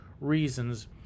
reasons